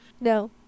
No